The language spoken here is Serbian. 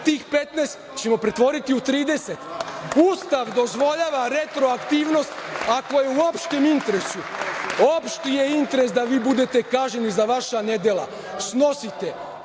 tih 15 ćemo pretvoriti u 30. Ustav dozvoljava retroaktivnost ako je u opštem interesu. Opšti je interes da vi budete kažnjeni za vaša nedela. Snosite